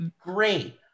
great